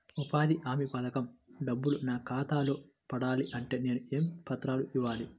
ఉపాధి హామీ పథకం డబ్బులు నా ఖాతాలో పడాలి అంటే నేను ఏ పత్రాలు ఇవ్వాలి?